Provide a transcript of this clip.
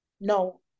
no